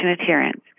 adherence